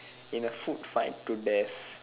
in a food fight to death